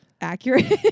accurate